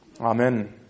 Amen